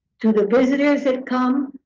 to the visitors that come,